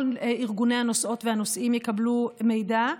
כל ארגוני הנוסעות והנוסעים יקבלו מידע,